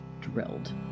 drilled